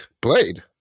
Blade